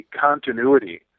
continuity